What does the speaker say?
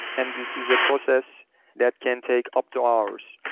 and this is a process that can take up to hours.